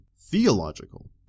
theological